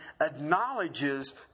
acknowledges